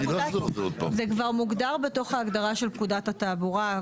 זה כבר הוגדר בתוך ההגדרה של פקודת התעבורה,